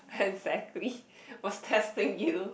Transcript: exactly was testing you